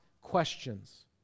questions